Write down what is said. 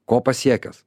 ko pasiekęs